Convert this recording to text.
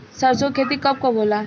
सरसों के खेती कब कब होला?